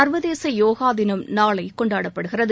சர்வதேச யோகாதினம் நாளை கொண்டாடப்படுகிறது